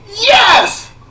Yes